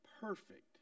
perfect